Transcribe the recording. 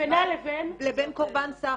מה ההבדל בינה לבין קורבן סחר?